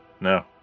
no